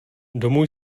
domů